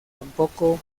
tampoco